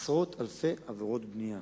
עשרות-אלפי עבירות בנייה.